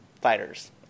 fighters